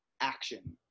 action